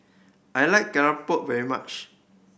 I like keropok very much